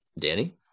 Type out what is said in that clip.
Danny